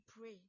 pray